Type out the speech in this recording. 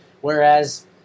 Whereas